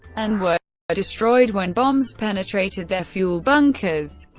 and were destroyed when bombs penetrated their fuel bunkers.